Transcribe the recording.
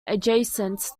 adjacent